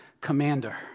commander